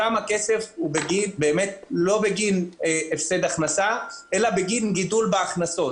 שם הכסף הוא לא בגין הפסד הכנסה אלא בגין גידול בהכנסות.